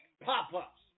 pop-ups